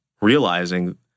realizing